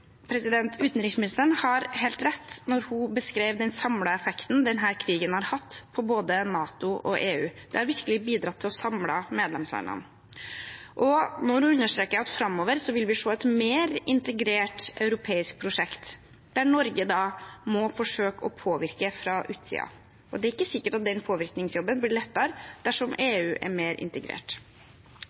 Utenriksministeren har helt rett når hun beskriver den samlede effekten denne krigen har hatt på både NATO og EU – det har virkelig bidratt til å samle medlemslandene – og når hun understreker at framover vil vi se et mer integrert europeisk prosjekt, der Norge da må forsøke å påvirke fra utsiden. Og det er ikke sikkert at den påvirkningsjobben blir lettere dersom EU er mer integrert.